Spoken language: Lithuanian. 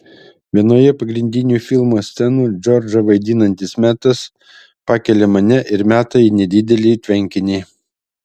vienoje pagrindinių filmo scenų džordžą vaidinantis metas pakelia mane ir meta į nedidelį tvenkinį